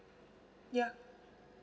ya